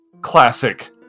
classic